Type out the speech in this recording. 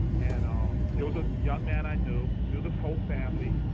and um it was a young man i knew, knew the whole family,